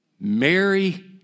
Mary